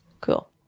Cool